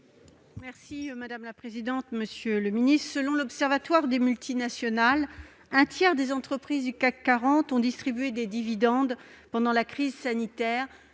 est à Mme Laurence Cohen. Selon l'Observatoire des multinationales, un tiers des entreprises du CAC 40 ont distribué des dividendes pendant la crise sanitaire,